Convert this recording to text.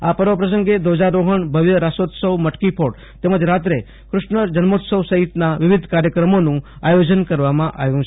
આ પર્વ પ્રસંગે દવજારોહણ ભવ્ય રાસોત્સવ મટકી ફોડ તેમજ રાત્રે કુષ્ણ જન્મોત્સવ સહિતના વિવિદ્ય કાર્ચક્રમોન્ં આયોજન કરવામાં આવ્યું છે